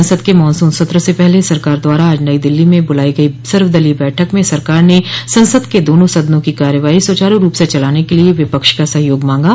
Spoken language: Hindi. संसद के मॉनसून सत्र से पहले सरकार द्वारा आज नई दिल्ली में बुलाई गई सर्वदलीय बैठक में सरकार ने संसद के दोनों सदनों की कार्यवाही सुचारू रूप से चलाने के लिए विपक्ष का सहयोग मांगा